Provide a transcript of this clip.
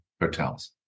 hotels